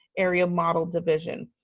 area model division.